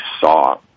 saw